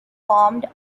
formed